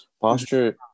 posture